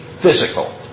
physical